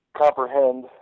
comprehend